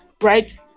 right